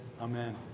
Amen